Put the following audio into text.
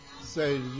say